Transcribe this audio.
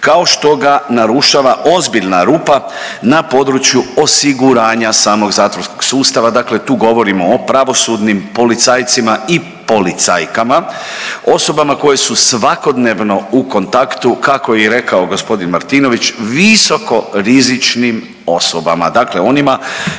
kao što ga narušava ozbiljna rupa na području osiguranja samog zatvorskog sustava. Dakle, tu govorimo o pravosudnim policajcima i policajkama, osobama koje su svakodnevno u kontaktu kako je i rekao gospodin Martinović visoko rizičnim osobama.